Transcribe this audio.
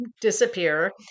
disappear